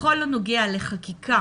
בכל הנוגע לחקיקה